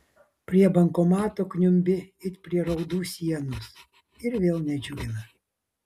prie bankomato kniumbi it prie raudų sienos ir vėl nedžiugina